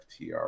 FTR